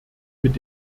mit